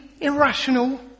irrational